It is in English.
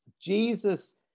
jesus